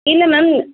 இல்லை மேம்